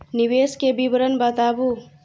निवेश के विवरण बताबू?